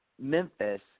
Memphis